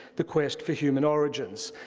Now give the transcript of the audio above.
the quest for human origins.